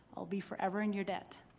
i'll be forever in your debt.